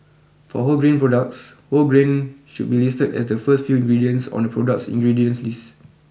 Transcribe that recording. for wholegrain products whole grain should be listed as the first few ingredients on the product 's ingredients list